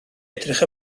edrych